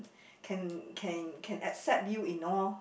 can can can accept you in all